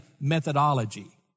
methodology